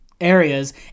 areas